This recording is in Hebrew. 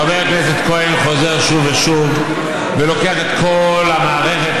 חבר הכנסת כהן חוזר שוב ושוב ולוקח את כל המערכת